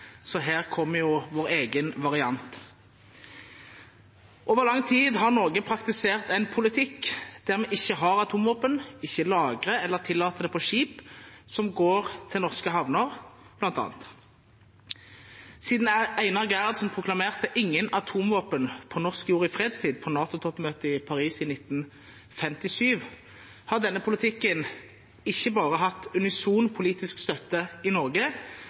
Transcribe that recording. Her kommer vår egen variant. Over lang tid har Norge praktisert en politikk der vi ikke har atomvåpen, og bl.a. ikke skal lagre eller tillate det på skip som går til norske havner. Siden Einar Gerhardsen proklamerte «Ingen atomvåpen på norsk jord i fredstid» på NATO-toppmøtet i Paris i 1957, har denne politikken ikke bare hatt unison politisk støtte i